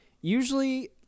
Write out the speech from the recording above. Usually